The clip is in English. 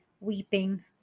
weeping